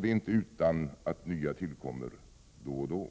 Det är inte utan att nya misslyckanden tillkommer då och då.